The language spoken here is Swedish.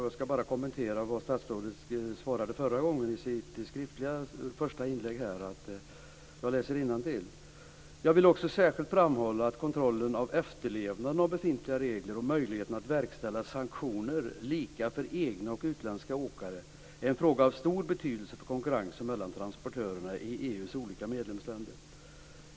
Jag skall bara kommentera vad statsrådet svarade förra gången i sitt skriftliga svar. Jag läser innantill: "Jag vill också särskilt framhålla att kontrollen av efterlevnaden av befintliga regler och möjligheten att verkställa sanktioner, lika för egna och utländska åkare, är en fråga av stor betydelse för konkurrensen mellan transportörerna i EU:s olika medlemsländer.